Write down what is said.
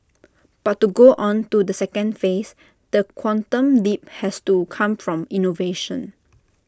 but to go on to the second phase the quantum leap has to come from innovation